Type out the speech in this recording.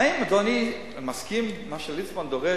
האם אדוני מסכים למה שליצמן דורש,